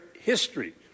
history